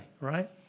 right